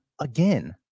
again